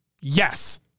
Yes